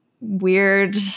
weird